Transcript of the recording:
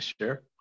Sure